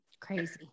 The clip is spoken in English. Crazy